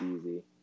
easy